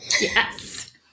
Yes